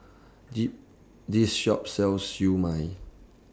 The This Shop sells Siew Mai